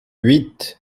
huit